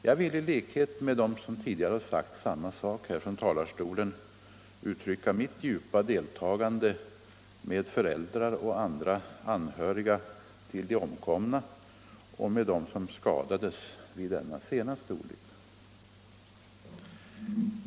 Jag vill i likhet med dem som tidigare sagt samma sak i denna talarstol uttrycka mitt djupa deltagande med föräldrar och andra anhöriga till de omkomna och med dem som skadades vid denna senaste olycka.